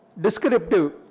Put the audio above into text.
descriptive